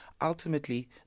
Ultimately